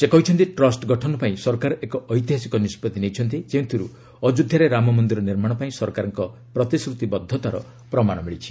ସେ କହିଛନ୍ତି ଟ୍ରଷ୍ଟ ଗଠନ ପାଇଁ ସରକାର ଏକ ଐତିହାସିକ ନିଷ୍ପଭି ନେଇଛନ୍ତି ଯେଉଁଥିରୁ ଅଯୋଧ୍ୟାରେ ରାମମନ୍ଦିର ନିର୍ମାଣ ପାଇଁ ସରକାରଙ୍କ ପ୍ରତିଶ୍ରୁତିବଦ୍ଧତାର ପ୍ରମାଣ ମିଳିଛି